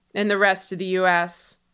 and the rest of the u. s.